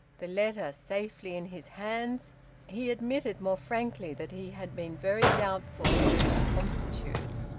the letter safely in his hands he admitted more frankly that he had been very doubtful of its promptitude.